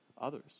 others